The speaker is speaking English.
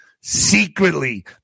secretly